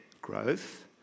growth